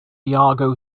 yargo